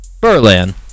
Berlin